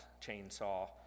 chainsaw